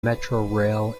metrorail